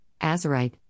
azurite